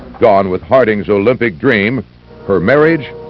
gone with harding's olympic dream her marriage,